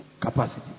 capacity